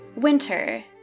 Winter